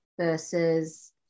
versus